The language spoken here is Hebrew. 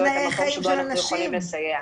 את המקום באמת שבו אנחנו יכולים לסייע.